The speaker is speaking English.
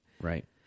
right